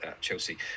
Chelsea